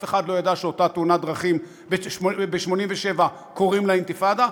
אף אחד לא ידע שאותה תאונת דרכים קוראים לה אינתיפאדה,